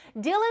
Dylan